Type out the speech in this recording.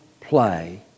play